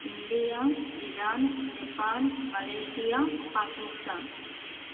India Iran Japan Malaysia Pakistan